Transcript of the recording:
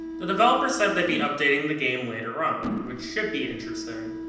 the developer said they'd be updating the game later on, which should be interesting.